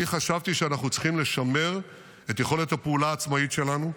אני חשבתי שאנחנו צריכים לשמר את יכולת הפעולה העצמאית שלנו.